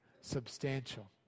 substantial